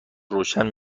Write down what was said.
روشن